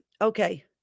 Okay